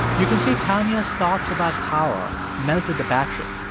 you can say tanya's thoughts about power melted the battery.